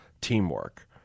teamwork